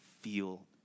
feel